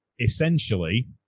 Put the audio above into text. essentially